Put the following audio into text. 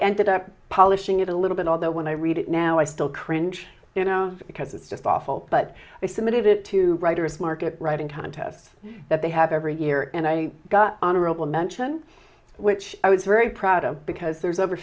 ended up polishing it a little bit although when i read it now i still cringe you know because it's just awful but i submitted it to writers market writing contests that they have every year and i got honorable mention which i was very proud of because there's over